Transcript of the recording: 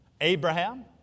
Abraham